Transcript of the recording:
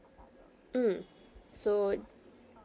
mm so